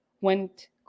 went